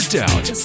doubt